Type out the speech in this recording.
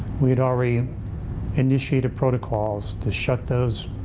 we had already initiated protocols to shut those